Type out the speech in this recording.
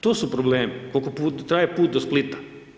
To su problemu, koliko traje put do Splita?